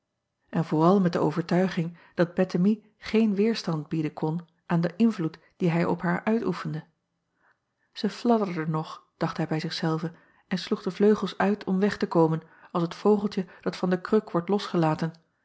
en vooral met de overtuiging dat ettemie geen weêrstand bieden kon aan den invloed dien hij op haar uitoefende ij fladderde nog dacht hij bij zich zelven en sloeg de vleugels uit om weg te komen als het vogeltje dat van de kruk wordt losgelaten